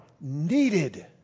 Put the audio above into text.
needed